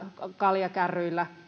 kaljakärryillä